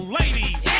ladies